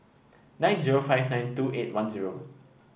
nine zero five nine two eight one zero